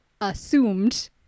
assumed